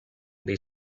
they